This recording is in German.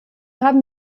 haben